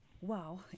Wow